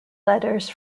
letters